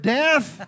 death